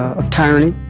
of tyranny.